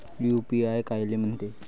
UPI कायले म्हनते?